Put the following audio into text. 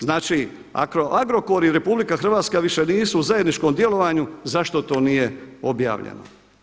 Znači ako Agrokor i RH više nisu u zajedničkom djelovanju, zašto to nije objavljeno?